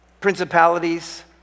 principalities